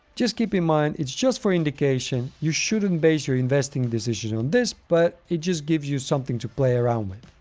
just keep in mind, it's just for indication. you shouldn't base your investing decision on this but it just gives you something to play around with.